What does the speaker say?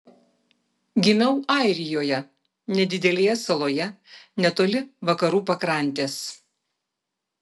gimiau airijoje nedidelėje saloje netoli vakarų pakrantės